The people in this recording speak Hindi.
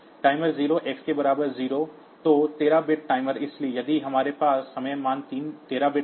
टाइमर 0 x के बराबर 0 तो 13 बिट टाइमर इसलिए यदि हमारे पास समय मान 13 बिट है